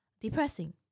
depressing